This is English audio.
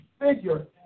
figure